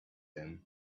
them